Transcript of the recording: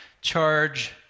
charge